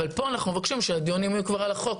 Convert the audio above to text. אבל פה אנחנו מבקשים שהדיונים יהיו כבר על החוק,